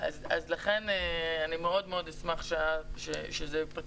אני אשמח שזה יפתח.